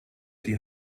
die